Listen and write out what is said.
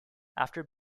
after